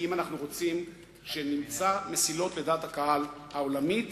כי אם אנחנו רוצים למצוא מסילות לדעת הקהל העולמית,